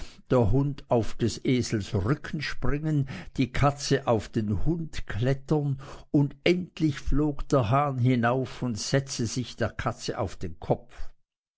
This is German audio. der hund auf des esels rücken springen die katze auf den hund klettern und endlich flog der hahn hinauf und setzte sich der katze auf den kopf